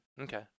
Okay